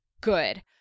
good